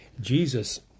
Jesus